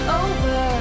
over